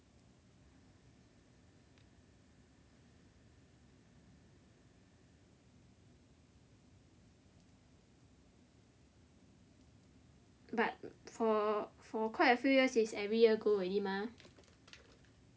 but for for quite a few years is every year go already mah